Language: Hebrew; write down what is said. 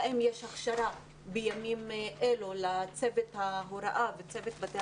האם יש הכשרה בימים אלה לצוות ההוראה וצוות בתי